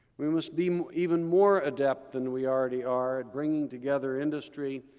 we must be even more adept than we already are at bringing together industry,